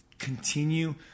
continue